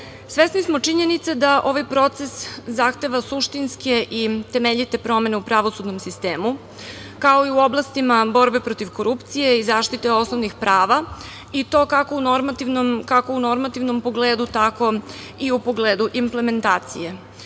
smo činjenice da ovaj proces zahteva suštinske i temeljite promene u pravosudnom sistemu, kao i u oblastima borbe protiv korupcije i zaštite osnovnih prava, i to kako u normativnom pogledu, tako i u pogledu implementacije.U